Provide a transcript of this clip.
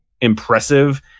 impressive